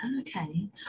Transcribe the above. Okay